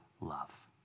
love